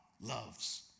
loves